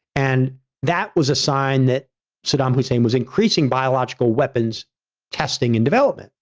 and that was a sign that saddam hussein was increasing biological weapons testing and development.